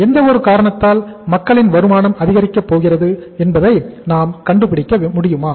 எந்த ஒரு காரணத்தால் மக்களின் வருமானம் அதிகரிக்க போகிறது என்பதை நாம் கண்டுபிடிக்க முடியுமா